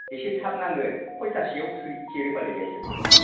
एसे थाब नांगोन खयथासेआव सेरो फालाय गाइखेरखौलाय